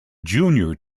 junior